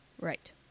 Right